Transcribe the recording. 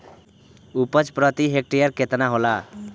उपज प्रति हेक्टेयर केतना होला?